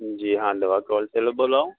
جی ہاں دوا کا ہول سیلر بول رہا ہوں